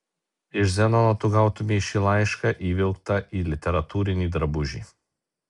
iš zenono tu gautumei šį laišką įvilktą į literatūrinį drabužį